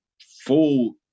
full